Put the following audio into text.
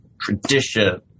tradition